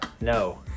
No